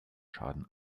schaden